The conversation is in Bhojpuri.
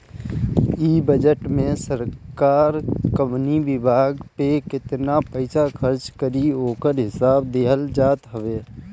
इ बजट में सरकार कवनी विभाग पे केतना पईसा खर्च करी ओकर हिसाब दिहल जात हवे